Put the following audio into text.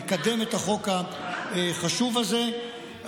לקדם את החוק החשוב הזה.